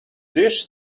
dish